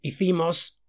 hicimos